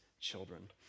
children